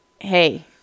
hey